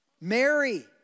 Mary